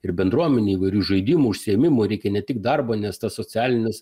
ir bendruomenei įvairių žaidimų užsiėmimų reikia ne tik darbo nes tas socialinis